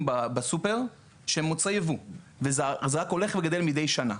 בסופר שהם מוצרי יבוא וזה רק הולך וגדל מדי שנה.